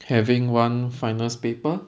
having one finals paper